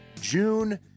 june